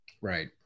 Right